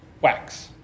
wax